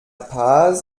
paz